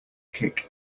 kick